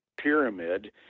pyramid